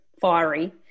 fiery